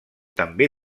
també